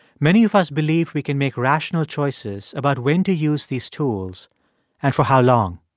many of us believe we can make rational choices about when to use these tools and for how long.